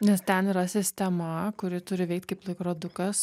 nes ten yra sistema kuri turi veikt kaip laikrodukas